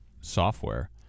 software